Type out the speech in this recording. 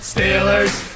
Steelers